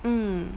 um